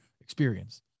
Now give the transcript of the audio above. experience